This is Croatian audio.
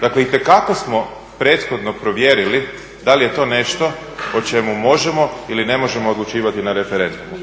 dakle itekako smo prethodno provjerili da li je to nešto o čemu možemo ili ne možemo odlučivati o referendumu.